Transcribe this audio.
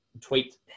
tweet